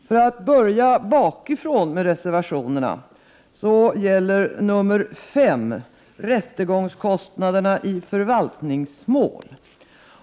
För att börja bakifrån med reservationerna gäller reservation 5 rättegångskostnaderna i förvaltningsmål.